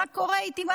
מה קורה איתי?